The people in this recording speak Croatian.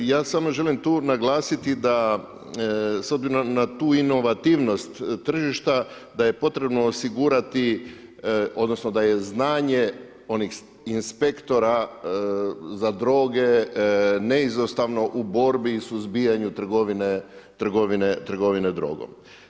Ja samo želim tu naglasiti da s obzirom na tu inovativnost tržišta da je potrebno osigurati odnosno da je znanje onih inspektora za droge neizostavno u borbi i suzbijanju trgovine drogom.